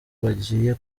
bagiye